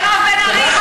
מירב בן ארי,